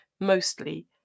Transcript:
mostly